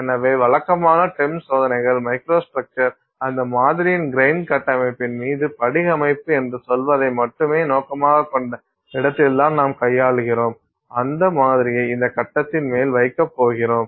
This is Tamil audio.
எனவே வழக்கமான TEM சோதனைகள் மைக்ரோஸ்ட்ரக்சர் அந்த மாதிரியின் கிரைன் கட்டமைப்பின் மீது படிக அமைப்பு என்று சொல்வதை மட்டுமே நோக்கமாகக் கொண்ட இடத்தில்தான் நாம் கையாளுகிறோம் அந்த மாதிரியை இந்த கட்டத்தின் மேல் வைக்கப் போகிறோம்